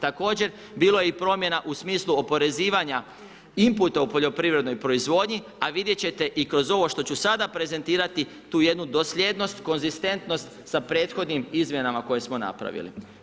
Također, bilo je i promjena u smislu oporezivanja inputa u poljoprivrednoj proizvodnji a vidjet ćete i kroz ovo što ću sada prezentirati, tu jednu dosljednost, konzistentnost sa prethodnim izmjenama koje smo napravili.